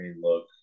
look